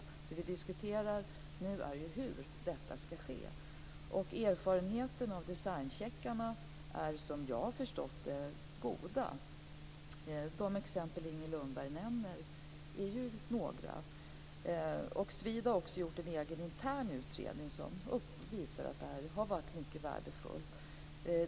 Det som vi diskuterar nu är ju hur detta ska ske. Erfarenheterna av designcheckarna är som jag har förstått det goda. De exempel som Inger Lundberg nämner är ju några. SVID har också gjort en egen intern utredning som visar att detta har varit mycket värdefullt.